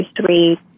three